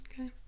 Okay